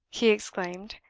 he exclaimed,